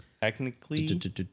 Technically